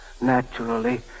Naturally